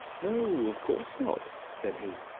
no, of course not, said he.